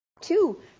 Two